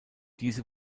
diese